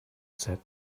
said